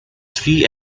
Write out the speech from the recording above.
three